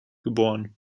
geb